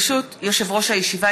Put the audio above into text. ברשות יושב-ראש הישיבה,